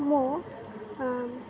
ମୁଁ